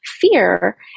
fear